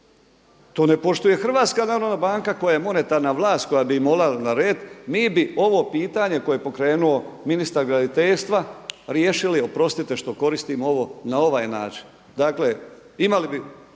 to ne poštuje HNB koja je monetarna vlast koja bi im mogla narediti, mi bi ovo pitanje koje je pokrenuo ministar graditeljstva riješili oprostite što koristim ovo na ovaj način.